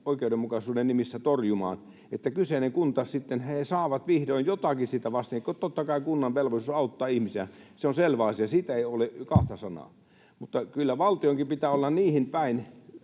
oikeudenmukaisuuden nimissä torjumaan, että kyseinen kunta sitten saa vihdoin jotakin siitä vastineeksi. Totta kai kunnan velvollisuus on auttaa ihmisiä — se on selvä asia, siitä ei ole kahta sanaa — mutta kyllä valtionkin pitää olla